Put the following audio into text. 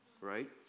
right